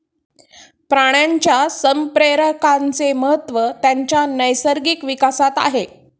प्राण्यांच्या संप्रेरकांचे महत्त्व त्यांच्या नैसर्गिक विकासात आहे